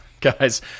Guys